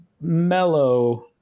mellow